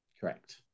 Correct